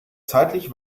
zeitlich